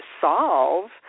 solve